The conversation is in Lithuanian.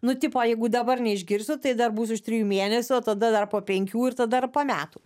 nu tipo jeigu dabar neišgirsiu tai dar bus už trijų mėnesių o tada dar po penkių ir tada dar po metų